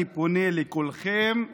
אני פונה לכולכם,